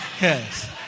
Yes